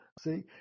See